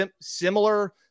similar